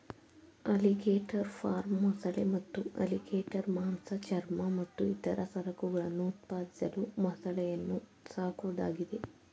alligator farm ಮೊಸಳೆ ಮತ್ತು alligator ಮಾಂಸ ಚರ್ಮ ಮತ್ತು ಇತರ ಸರಕುಗಳನ್ನು ಉತ್ಪಾದಿಸಲು ಮೊಸಳೆಯನ್ನು ಸಾಕೋದಾಗಿದೆ